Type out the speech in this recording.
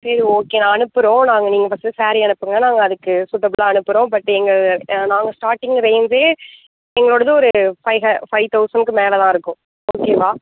சரி ஓகே அனுப்புகிறோம் நாங்கள் நீங்கள் ஃபஸ்ட்டு சாரீ அனுப்புங்கள் நாங்கள் அதுக்கு சூட்டபிளாக அனுப்புகிறோம் பட் எங்கள் ஆ நாங்கள் ஸ்டாட்டிங் ரேஞ்சே எங்களோடது ஒரு ஹ ஃபை தவுசணுக்கு மேலேதான் இருக்கும் பாக்குறீங்களா